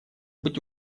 быть